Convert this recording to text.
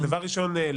דבר ראשון,